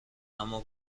اما